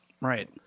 Right